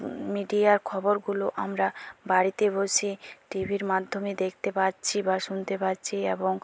মিডিয়ার খবরগুলো আমরা বাড়িতে বসে টিভির মাধ্যমে দেখতে পারছি বা শুনতে পারছি এবং